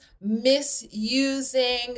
misusing